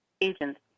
agents